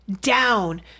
down